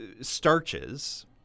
starches